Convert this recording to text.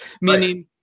Meaning